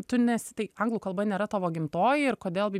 tu nesi tai anglų kalba nėra tavo gimtoji ir kodėl gi